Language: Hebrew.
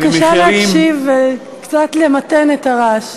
בבקשה להקשיב וקצת למתן את הרעש.